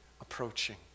approaching